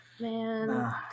Man